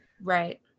Right